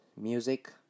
music